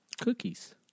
Cookies